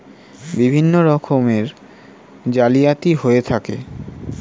বিভিন্ন রকমের জালিয়াতি হয়ে থাকে